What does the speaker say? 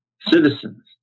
citizens